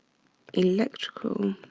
electrical